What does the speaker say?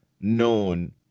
known